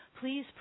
please